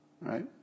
right